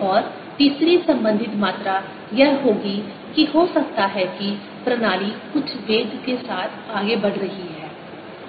और तीसरी संबंधित मात्रा यह होगी कि हो सकता है कि प्रणाली कुछ वेग के साथ आगे बढ़ रही है